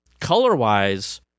Color-wise